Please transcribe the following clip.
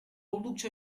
oldukça